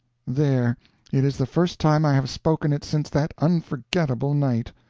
there it is the first time i have spoken it since that unforgettable night.